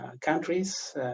countries